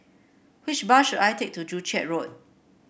which bus should I take to Joo Chiat Road